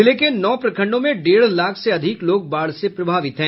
जिले के नौ प्रखंडों में डेढ़ लाख से अधिक लोग बाढ़ से प्रभावित हैं